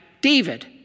David